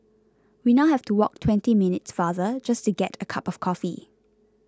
we now have to walk twenty minutes farther just to get a cup of coffee